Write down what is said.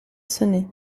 sonner